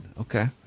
okay